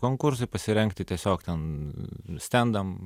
konkursui pasirengti tiesiog ten stendam